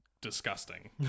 disgusting